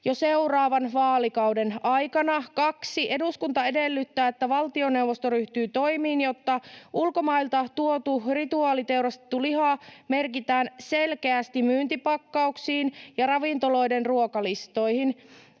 jo seuraavan vaalikauden aikana.” ”2. Eduskunta edellyttää, että valtioneuvosto ryhtyy toimiin, jotta ulkomailta tuotu rituaaliteurastettu liha merkitään selkeästi myyntipakkauksiin ja ravintoloiden ruokalistoihin.